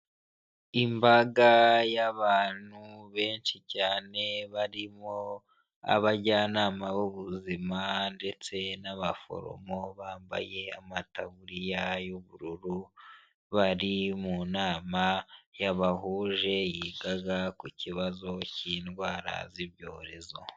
Imbaga y'abantu benshi cyane barimo abajyanama b'ubuzima ndetse n'abaforomo bambaye amataburiya y'ubururu, bari mu nama yabahuje yigaga ku kibazo cy'indwara z'ibyorezo.